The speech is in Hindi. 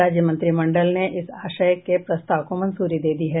राज्य मंत्रिमंडल ने इस आशय के प्रस्ताव को मंजूरी दे दी है